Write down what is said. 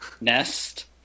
nest